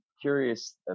curious